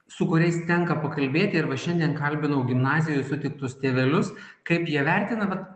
su kuriais tenka pakalbėti ir va šiandien kalbinau gimnazijoj sutiktus tėvelius kaip jie vertina vat